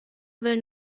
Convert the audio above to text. will